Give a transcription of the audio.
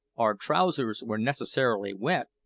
our trousers were necessarily wet,